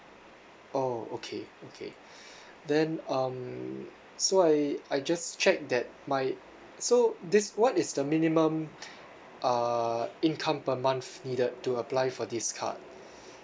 oh okay okay then um so I I just check that my so this what is the minimum uh income per month needed to apply for this card